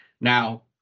Now